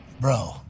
Bro